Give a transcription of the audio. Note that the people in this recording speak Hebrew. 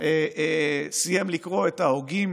סיים לקרוא את ההוגים